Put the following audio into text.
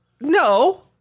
No